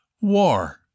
WAR